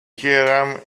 here